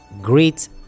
great